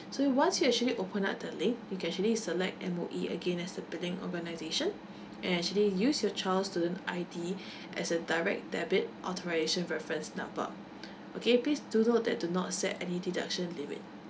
so once you actually open up the link you can actually select M_O_E again as the billing organisation and actually use your child student I_D as a direct debit authorisation reference number okay please do note that do not set any deduction limit